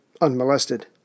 unmolested